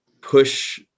push